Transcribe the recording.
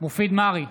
מופיד מרעי,